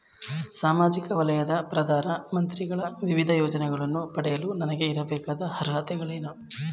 ಸಾಮಾಜಿಕ ವಲಯದ ಪ್ರಧಾನ ಮಂತ್ರಿಗಳ ವಿವಿಧ ಯೋಜನೆಗಳನ್ನು ಪಡೆಯಲು ನನಗೆ ಇರಬೇಕಾದ ಅರ್ಹತೆಗಳೇನು?